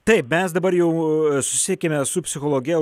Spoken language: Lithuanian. taip mes dabar jau susisiekėme su psichologe